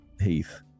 heath